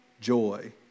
joy